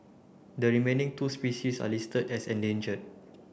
the remaining two species are listed as endangered